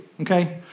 okay